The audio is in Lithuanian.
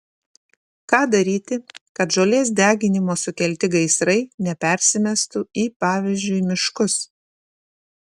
ką daryti kad žolės deginimo sukelti gaisrai nepersimestų į pavyzdžiui miškus